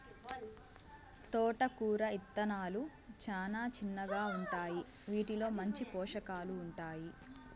తోటకూర ఇత్తనాలు చానా చిన్నగా ఉంటాయి, వీటిలో మంచి పోషకాలు ఉంటాయి